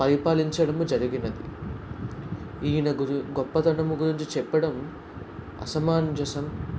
పరిపాలించడము జరిగినది ఈయన గొప్పతనం గురించి చెప్పడం అసమంజసం